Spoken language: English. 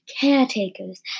caretakers